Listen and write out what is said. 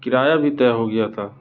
کرایہ بھی طے ہو گیا تھا